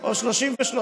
או 33 שרים?